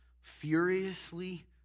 furiously